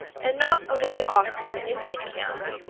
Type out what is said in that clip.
and not away off in the indian camp.